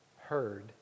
heard